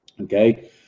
Okay